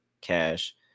Cash